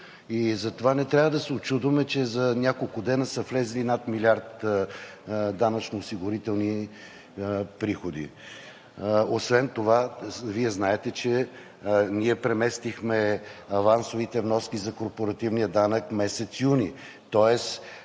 Затова не трябва да се учудваме, че за няколко дни са влезли над милиард данъчно-осигурителни приходи. Освен това Вие знаете, че ние преместихме авансовите вноски за корпоративния данък – месец юни,